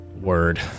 Word